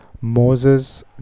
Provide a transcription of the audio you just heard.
Moses